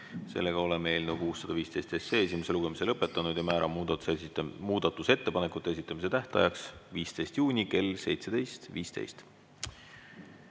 lõpetada. Oleme eelnõu 615 esimese lugemise lõpetanud ja määran muudatusettepanekute esitamise tähtajaks 15. juuni kell 17.15.